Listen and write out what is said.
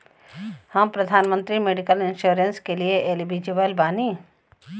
हम प्रधानमंत्री medical insurance के लिए एलिजिबल बानी?